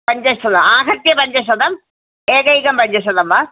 पञ्चशतम् आहत्य पञ्चशतम् एकैकं पञ्चशतं वा